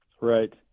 right